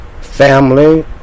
family